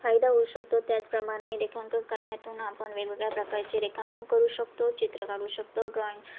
फायदा होऊ शकतो त्याचप्रमाणे रेखांकन करण्यातून आपण वेगवेगळ्या प्रकारचे रेखांकन करू शकतो चित्र काढू शकतो ड्रॉईंग